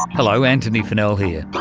hello, antony funnell here.